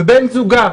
ובן זוגה,